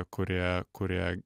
kurie kurie